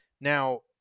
Now